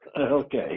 okay